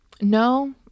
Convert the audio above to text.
No